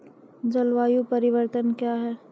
जलवायु परिवर्तन कया हैं?